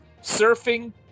surfing